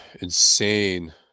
insane